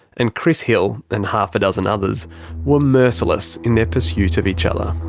and chris hill, and half a dozen others were merciless in their pursuit of each other.